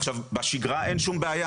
עכשיו, בשגרה אין שום בעיה.